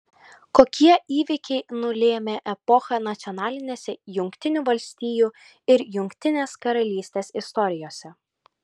kokie įvykiai nulėmė epochą nacionalinėse jungtinių valstijų ir jungtinės karalystės istorijose